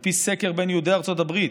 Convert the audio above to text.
על פי סקר בין יהודי ארצות הברית,